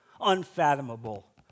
Unfathomable